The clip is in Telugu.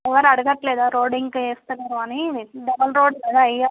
ఎవరు అడగడంలేదా రోడ్ ఇంకా వేయడంలేదు అని డబుల్ రోడ్ కదా వెయ్యాలి